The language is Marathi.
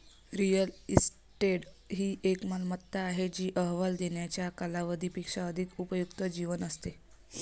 रिअल इस्टेट ही एक मालमत्ता आहे जी अहवाल देण्याच्या कालावधी पेक्षा अधिक उपयुक्त जीवन असते